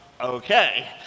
okay